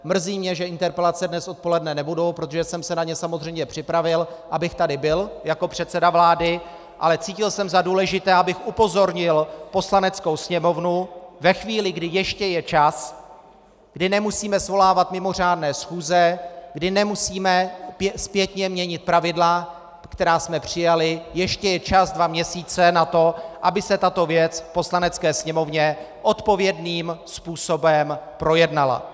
Mrzí mě, že interpelace dnes odpoledne nebudou, protože jsem se na ně samozřejmě připravil, abych tady byl jako předseda vlády, ale cítil jsem za důležité, abych upozornil Poslaneckou sněmovnu ve chvíli, kdy ještě je čas, kdy nemusíme svolávat mimořádné schůze, kdy nemusíme zpětně měnit pravidla, která jsme přijali, dva měsíce na to, aby se tato věc v Poslanecké sněmovně odpovědným způsobem projednala.